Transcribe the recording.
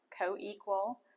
co-equal